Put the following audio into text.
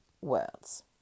words